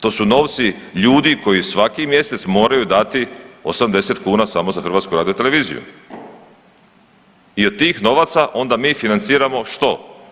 To su novci ljudi koji svaki mjesec moraju dati 80 kuna samo za HRT i od tih novaca onda mi financiramo, što?